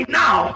now